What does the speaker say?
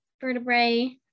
vertebrae